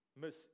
miss